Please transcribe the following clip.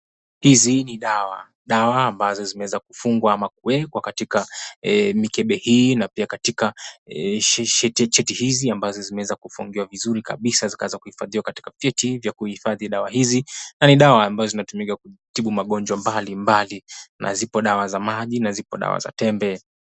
Hizi ni dawa. Dawa ambazo zimeweza kufungwa ama kuwekwa katika mikebe hii, na pia katika cheti hizi ambazo zimeweza kufungiwa vizuri kabisa zikaweza kuhifadhiwa katika vyeti ya kuhifadhi dawa hizi. Na ni dawa ambazo zinatumika kutibu magonjwa mbali mbali na zipo dawa za maji, na zipo dawa za tembe.